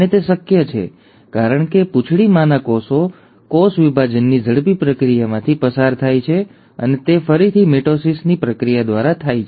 અને તે શક્ય છે કારણ કે પૂંછડીમાંના કોષો કોષ વિભાજનની ઝડપી પ્રક્રિયામાંથી પસાર થાય છે અને તે ફરીથી મિટોસિસ ની પ્રક્રિયા દ્વારા થાય છે